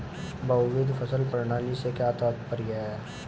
बहुविध फसल प्रणाली से क्या तात्पर्य है?